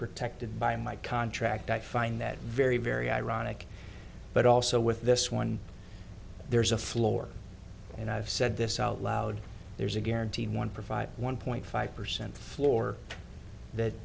protected by my contract i find that very very ironic but also with this one there's a floor and i've said this out loud there's a guarantee one provide one point five percent floor that